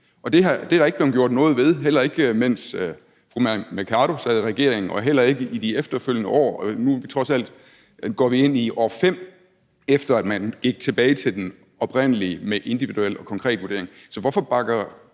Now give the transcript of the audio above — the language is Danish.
og det er der ikke blevet gjort noget ved – ikke mens fru Mai Mercado sad i regering og heller ikke i de efterfølgende år. Og nu går vi trods alt ind i år 5, efter at man gik tilbage til den oprindelige praksis med en individuel og konkret vurdering. Så hvorfor bakker